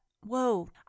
whoa